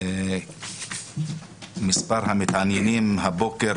מספר המתעניינים הבוקר